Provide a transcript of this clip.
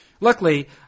luckily